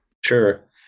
Sure